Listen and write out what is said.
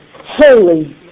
Holy